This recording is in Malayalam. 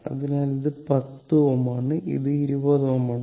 അതിനാൽ ഇത് 10 Ω ആണ് ഇത് 20 Ω ആണ്